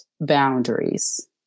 boundaries